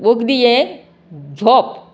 वखदी हें झोंप